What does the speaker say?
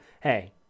hey